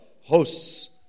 hosts